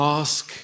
ask